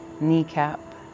kneecap